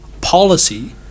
policy